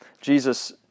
Jesus